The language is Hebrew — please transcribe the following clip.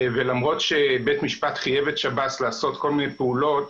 ולמרות שבית משפט חייב את שב"ס לעשות כל מיני פעולות,